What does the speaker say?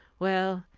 well,